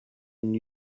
and